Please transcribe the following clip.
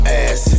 ass